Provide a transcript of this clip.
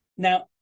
Now